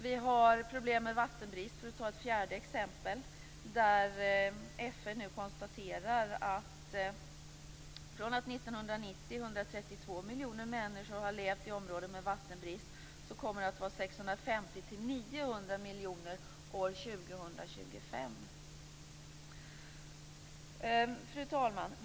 Vi har problem med vattenbrist, för att ta ett annat exempel. FN konstaterar att från att det år 1990 var 132 miljoner människor som levde i områden med vattenbrist, kommer det att vara 650-900 miljoner människor år 2025. Fru talman!